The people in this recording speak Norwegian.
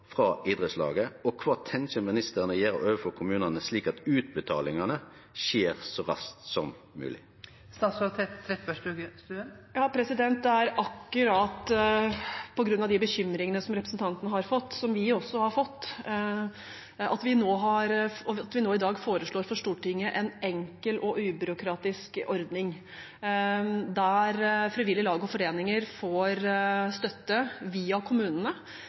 frå idrettslaget, og kva tenkjer ministeren å gjere overfor kommunane slik at utbetalingane skjer så raskt som mogleg? Det er akkurat på grunn av de bekymringene som representanten har fått, og som vi også har fått, at vi nå i dag foreslår for Stortinget en enkel og ubyråkratisk ordning der frivillige lag og foreninger får støtte via